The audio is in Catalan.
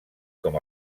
com